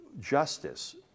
justice